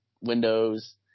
windows